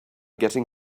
getting